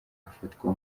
afatwa